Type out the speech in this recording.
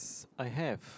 I have